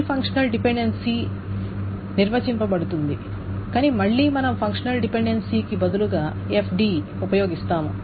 full functional dependency నిర్వచించబడుతుంది కాని మళ్ళీ మనం ఫంక్షనల్ డిపెండెన్సీకి బదులుగా FD ఉపయోగిస్తాము